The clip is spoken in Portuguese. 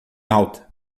alta